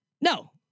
No